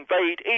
invade